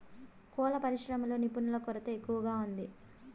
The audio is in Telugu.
కోళ్ళ పరిశ్రమలో నిపుణుల కొరత ఎక్కువగా ఉంది